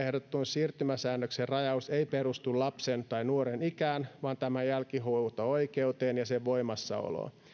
ehdotetun siirtymäsäännöksen rajaus ei perustu lapsen tai nuoren ikään vaan tämän jälkihuolto oikeuteen ja sen voimassaoloon